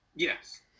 Yes